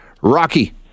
Rocky